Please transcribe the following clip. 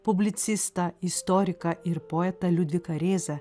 publicistą istoriką ir poetą liudviką rėzą